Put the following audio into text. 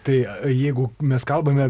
tai jeigu mes kalbame